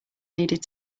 needed